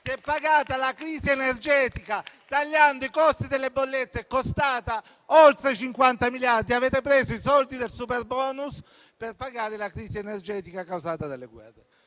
Si è pagata la crisi energetica, tagliando i costi delle bollette, e questa misura è costata oltre 50 miliardi; avete preso i soldi del superbonus per pagare la crisi energetica causata dalle guerre.